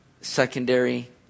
secondary